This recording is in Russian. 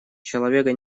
человека